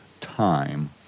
time